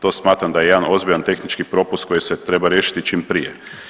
To smatram da je jedan ozbiljan tehnički propust koji se treba riješiti čim prije.